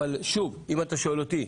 שוב, אם אתה שואל אותי,